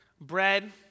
bread